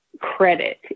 credit